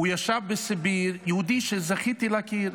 הוא ישב בסיביר, יהודי שזכיתי להכיר.